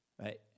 right